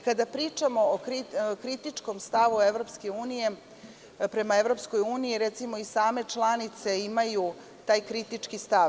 Kada pričamo o kritičkom stavu prema EU, recimo, same članice imaju taj kritički stav.